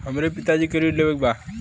हमरे पिता जी के ऋण लेवे के बा?